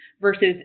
versus